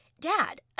dad